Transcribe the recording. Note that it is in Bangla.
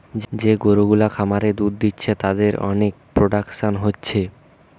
যে গরু গুলা খামারে দুধ দিচ্ছে তাদের অনেক প্রোডাকশন হচ্ছে